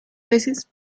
veces